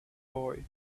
boy